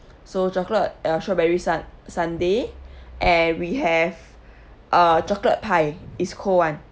so chocolate uh strawberry sun~ sundae and we have uh chocolate pie is cold [one]